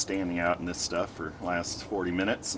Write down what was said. standing out in the stuff for last forty minutes